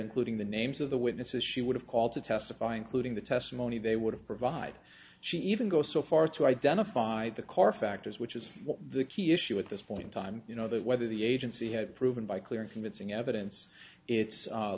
including the names of the witnesses she would have called to testify including the testimony they would have provide she even go so far as to identify the car factors which is what the key issue at this point in time you know that whether the agency had proven by clear and convincing evidence it's